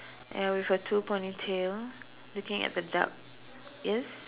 ya with a two ponytail looking at the duck